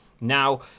Now